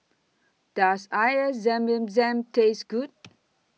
Does Air Zam Zam Taste Good